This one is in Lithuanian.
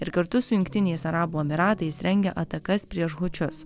ir kartu su jungtiniais arabų emyratais rengia atakas prieš hučius